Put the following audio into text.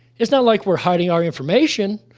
it's not like we're hiding our information.